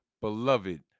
beloved